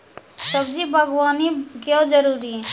सब्जी बागवानी क्यो जरूरी?